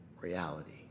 reality